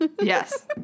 Yes